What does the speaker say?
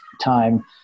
time